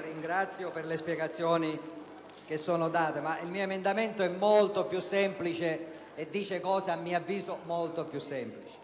Ringrazio per le spiegazioni date, ma il mio emendamento è molto più semplice e dice cose molto più semplici.